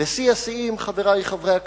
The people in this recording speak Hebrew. ושיא השיאים, חברי חברי הכנסת,